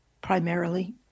primarily